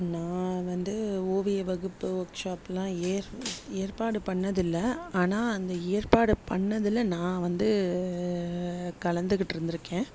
நான் வந்து ஓவிய வகுப்பு ஒர்க் ஷாப்பெலாம் ஏற் ஏற்பாடு பண்ணதில்லை ஆனால் அந்த ஏற்பாடு பண்ணதில் நான் வந்து கலந்துக்கிட்டிருந்துருக்கேன்